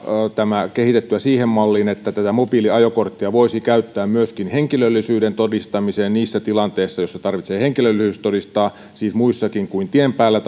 tämä kehitettyä siihen malliin että mobiiliajokorttia voisi käyttää myöskin henkilöllisyyden todistamiseen niissä tilanteissa joissa tarvitsee henkilöllisyys todistaa siis muissakin kuin tien päällä